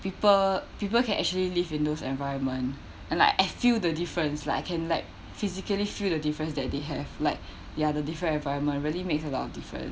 people people can actually live in those environment and like I feel the difference like I can like physically feel the difference that they have like ya the different environment really makes a lot of different